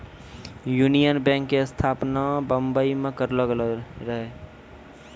union bank के स्थापना बंबई मे करलो गेलो रहै